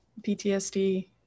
PTSD